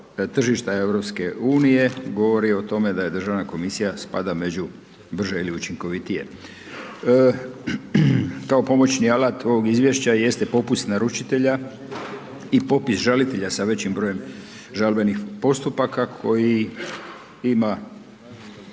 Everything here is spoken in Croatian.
tržišta EU govori o tome da je državna komisija spada među brže ili učinkovitije. Kao pomoćni alat ovog izvješća jeste popust naručitelja i popis žalitelja sa većim brojem žalbenih postupaka koji ima,